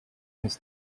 his